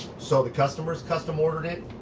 so the customers custom ordered it,